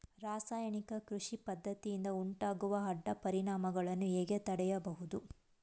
ರಾಸಾಯನಿಕ ಕೃಷಿ ಪದ್ದತಿಯಿಂದ ಉಂಟಾಗುವ ಅಡ್ಡ ಪರಿಣಾಮಗಳನ್ನು ಹೇಗೆ ತಡೆಯಬಹುದು?